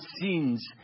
sins